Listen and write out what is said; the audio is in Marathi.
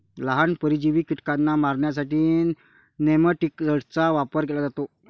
लहान, परजीवी कीटकांना मारण्यासाठी नेमॅटिकाइड्सचा वापर केला जातो